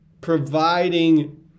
providing